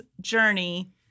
journey